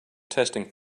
testing